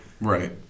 Right